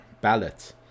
ballot